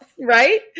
Right